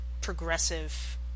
progressive